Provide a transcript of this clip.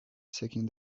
seeking